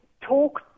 talk